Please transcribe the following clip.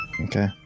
Okay